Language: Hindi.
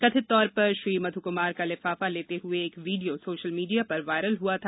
कथित तौर पर श्री मधुकुमार का लिफाफा लेते हुए एक वीडियो सोशल मीडिया पर वायरल हुआ था